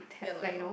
yeah lor yeah lor